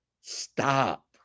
Stop